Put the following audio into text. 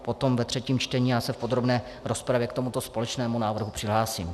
Potom ve třetím čtení se v podrobné rozpravě k tomuto společnému návrhu přihlásím.